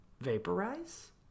vaporize